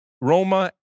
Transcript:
Roma